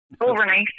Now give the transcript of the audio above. Overnight